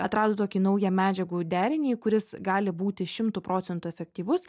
atrado tokį naują medžiagų derinį kuris gali būti šimtu procentų efektyvus